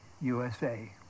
USA